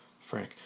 Frank